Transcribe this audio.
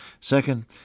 Second